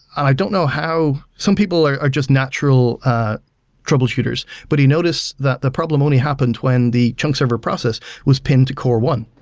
i don't know how some people are are just natural troubleshooters, but he noticed that the problem only happened when the chunks server process was pinned to core one.